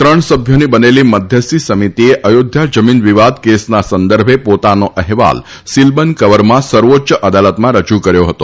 ત્રણ સભ્યોની બનેલી મધ્યસ્થી સમિતિએ અયોધ્યા જમીન વિવાદ કેસના સંદર્ભે પોતાનો અહેવાલ સિલબંધ કવરમાં સર્વોચ્ય અદાલતમાં રજુ કર્યો હતો